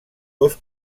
dos